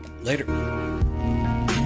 Later